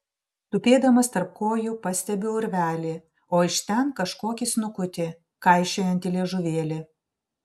tupėdamas tarp kojų pastebiu urvelį o iš ten kažkokį snukutį kaišiojantį liežuvėlį